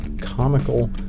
comical